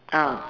ah